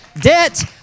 Debt